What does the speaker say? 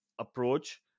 approach